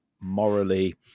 morally